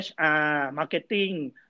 marketing